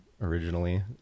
originally